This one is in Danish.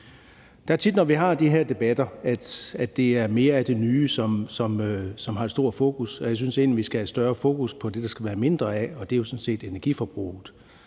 Det er tit sådan, når vi har de her debatter, at det er mere af det nye, som får et stort fokus, og jeg synes egentlig, vi skal have større fokus på det, der skal være mindre af, og det er jo sådan set energiforbruget.